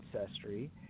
ancestry